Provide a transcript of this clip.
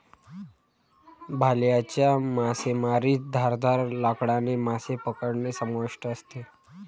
भाल्याच्या मासेमारीत धारदार लाकडाने मासे पकडणे समाविष्ट असते